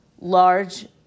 large